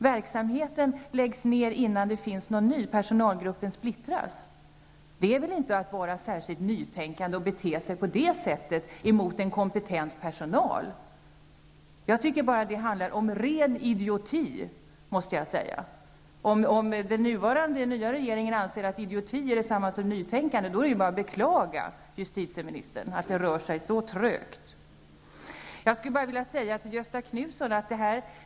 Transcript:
Verksamheten läggs ned innan det finns någon ny. Personalgruppen splittras. Det är väl inte att vara särskilt nytänkande att bete sig på detta sätt mot en kompetent personal? Jag tycker att det handlar om ren idioti. Om den nya regeringen anser att idioti är detsamma som nytänkande är det bara att beklaga, justitieministern, att det rör sig så trögt. Jag skulle bara vilja säga följande till Göthe Knutson.